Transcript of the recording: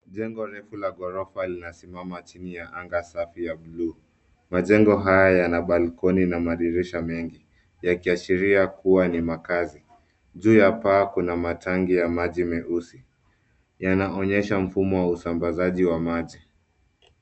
Jengo refu la gorofa linasimama chini ya anga safi ya buluu. Majengo haya yana balcony na madirisha mengi; yakiashiria kuwa ni makazi. Juu ya paa kuna matangi ya maji meusi. Yanaonyesha mfumo wa usambazaji wa maji.